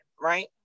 right